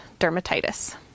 dermatitis